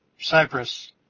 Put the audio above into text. Cyprus